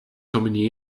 company